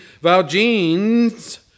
Valjean's